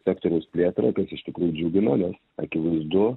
sektoriaus plėtrą tas iš tikrųjų džiugina nes akivaizdu